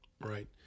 Right